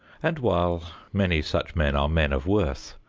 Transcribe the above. and while many such men are men of worth,